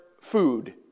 food